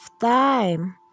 time